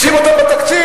שים אותם בתקציב.